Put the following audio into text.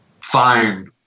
fine